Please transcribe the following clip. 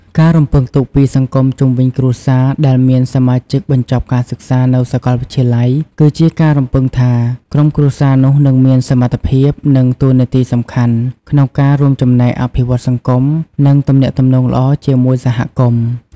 ការរំពឹងទុកពីសង្គមជុំវិញគ្រួសារដែលមានសមាជិកបញ្ចប់ការសិក្សានៅសាកលវិទ្យាល័យ គឺជាការរំពឹងថា ក្រុមគ្រួសារនោះនឹងមានសមត្ថភាព និងតួនាទីសំខាន់ក្នុងការរួមចំណែកអភិវឌ្ឍសង្គម និងទំនាក់ទំនងល្អជាមួយសហគមន៍។